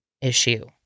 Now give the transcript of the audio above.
issue